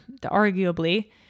arguably